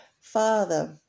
Father